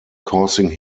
causing